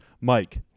Mike